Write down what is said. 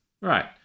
right